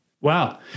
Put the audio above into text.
Wow